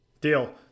Deal